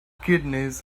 kidneys